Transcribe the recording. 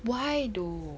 why though